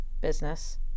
business